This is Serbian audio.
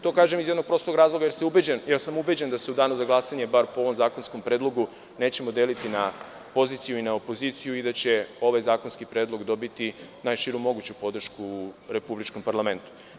To kažem iz prostog razloga zato što sam ubeđen da se u danu za glasanje, bar po ovom zakonskom predlogu nećemo deliti na poziciju i opoziciju i da će ovaj zakonski predlog dobiti najširu moguću podršku u republičkom parlamentu.